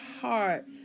heart